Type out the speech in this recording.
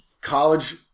college